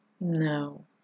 No